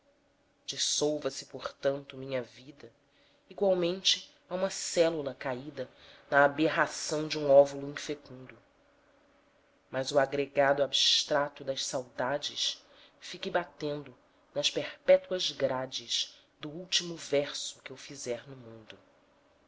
dissolva se portanto minha vida igualmente a uma célula caída na aberração de um óvulo infecundo mas o agregado abstrato das saudades fique batendo nas perpétuas grades do último verso que eu fizer no mundo